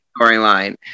storyline